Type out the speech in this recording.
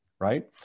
right